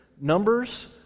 Numbers